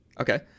Okay